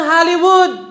Hollywood